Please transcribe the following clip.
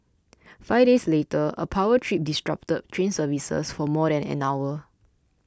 five days later a power trip disrupted train services for more than an hour